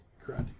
Correct